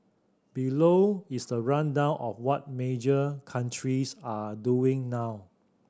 below is the rundown of what major countries are doing now